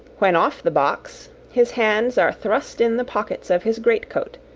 when off the box, his hands are thrust in the pockets of his greatcoat,